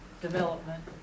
development